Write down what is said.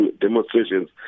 demonstrations